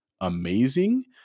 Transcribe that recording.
amazing